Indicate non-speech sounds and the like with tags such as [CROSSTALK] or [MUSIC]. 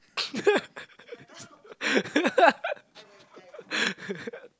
[LAUGHS]